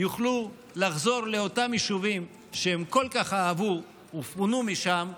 יוכלו לחזור לאותם יישובים שהם כל כך אהבו ופונו משם בכוח,